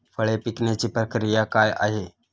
फळे पिकण्याची प्रक्रिया काय आहे?